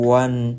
one